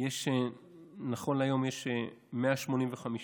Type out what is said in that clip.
נכון להיום, יש 185,